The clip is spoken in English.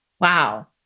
Wow